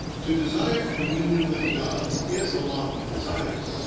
to desire communion with gods is a lofty desire,